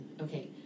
Okay